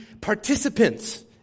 participants